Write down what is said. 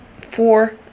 four